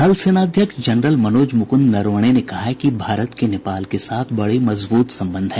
थलसेना अध्यक्ष जनरल मनोज मुकंद नरवणे ने कहा है कि भारत के नेपाल के साथ बड़े मजबूत संबंध हैं